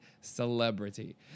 celebrity